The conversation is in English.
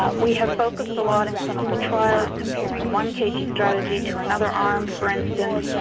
ah we have focused a lot in clinical trials comparing one kt strategy to another arm, for instance,